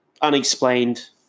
unexplained